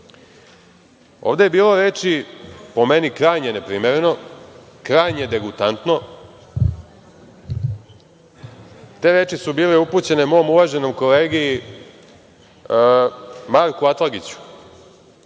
je bilo reči, po meni, krajnje neprimereno, krajnje degutantno, te reči su bile upućene mom uvaženom kolegi Marku Atlagiću,